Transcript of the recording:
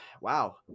wow